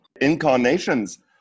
incarnations